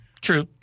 True